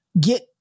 get